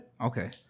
Okay